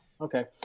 okay